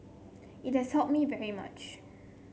it has helped me very much